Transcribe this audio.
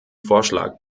vorschlag